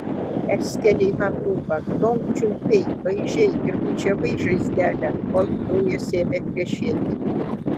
perskėlei man lūpą tol čiulpei laižei ir bučiavai žaizdelę kol kraujas ėmė krešėti